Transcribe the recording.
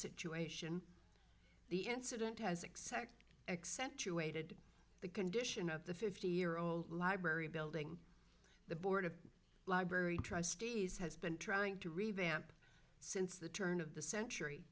situation the incident has except accentuated the condition at the fifty year old library building the board of library trustees has been trying to revamp since the turn of the century